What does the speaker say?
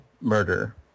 murder